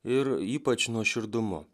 ir ypač nuoširdumu